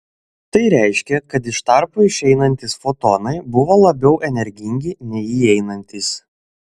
tai reiškia kad iš tarpo išeinantys fotonai buvo labiau energingi nei įeinantys